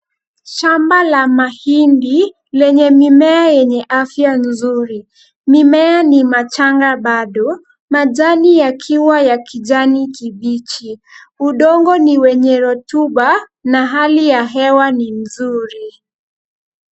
Shamba la mahindi lenye mimea yenye afya nzuri. Mimea ni machanga bado, majani yakiwa ya kijani kibichi. Udongo ni wenye rotuba na hali ya hewa ni nzuri.